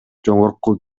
жогорку